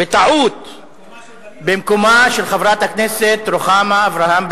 הצבעתי בטעות במקומה של חברת הכנסת בלילא.